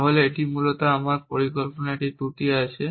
তাহলে এটি মূলত আমার পরিকল্পনার একটি ত্রুটি আছে